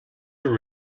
your